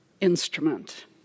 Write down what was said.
instrument